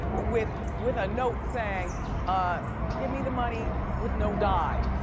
with with a note saying ah give me the money with no dye,